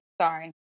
Sorry